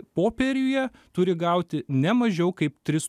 popieriuje turi gauti ne mažiau kaip tris